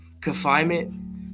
confinement